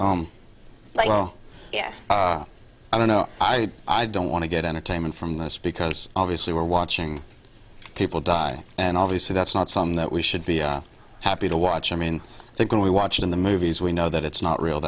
oh yeah i don't know i i don't want to get entertainment from this because obviously we're watching people die and all these so that's not something that we should be happy to watch i mean i think when we watch it in the movies we know that it's not real